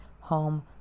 home